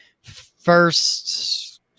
first